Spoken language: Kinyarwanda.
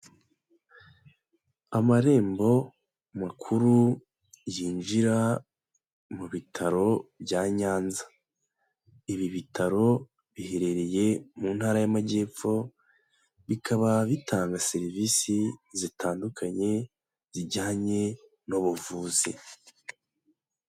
Amarembo makuru yinjira mu bitaro bya Nyanza. Ibi bitaro biherereye mu ntara y'amajyepfo, bikaba bitanga serivisi zitandukanye, zijyanye n'ubuvuzi.